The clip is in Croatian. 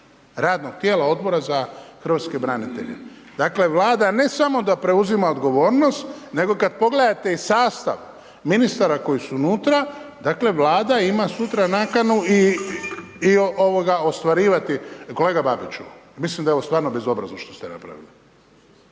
radnog tijela odbora za hrvatske branitelje. Dakle, Vlada ne samo da preuzima odgovornost, nego kad pogledate i sastav ministara koji su unutra, dakle Vlada ima sutra nakanu i ostvarivati,… Kolega Babiću, mislim da je stvarno bezobrazno što ste napravili,